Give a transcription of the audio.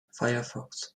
firefox